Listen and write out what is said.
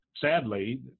sadly